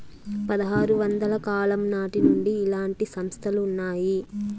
పదహారు వందల కాలం నాటి నుండి ఇలాంటి సంస్థలు ఉన్నాయి